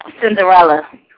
Cinderella